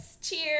Cheers